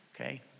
okay